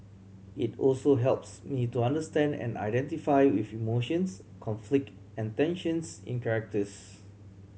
it also helps me to understand and identify with emotions conflict and tensions in characters